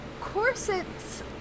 corsets